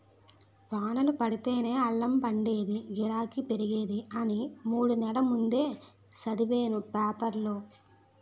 వానలు పడితేనే అల్లం పండేదీ, గిరాకీ పెరిగేది అని మూడు నెల్ల ముందే సదివేను పేపరులో